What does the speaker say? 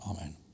Amen